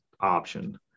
option